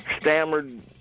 stammered